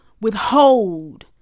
withhold